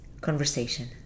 conversation